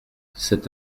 cet